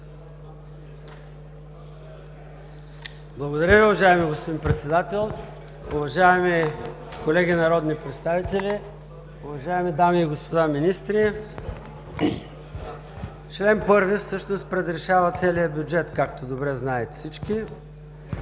Благодаря Ви, уважаеми господин Председател. Уважаеми колеги народни представители, уважаеми дами и господа министри! Член 1 всъщност предрешава целия бюджет, както добре знаят всички,